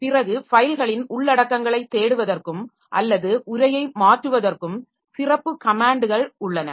பிறகு ஃபைல்களின் உள்ளடக்கங்களை தேடுவதற்கும் அல்லது உரையை மாற்றுவதற்கும் சிறப்பு கமேன்ட்கள் உள்ளன